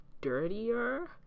dirtier